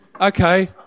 Okay